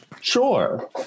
Sure